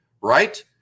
right